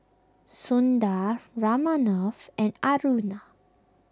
Sundar Ramnath and Aruna